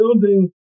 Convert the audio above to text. building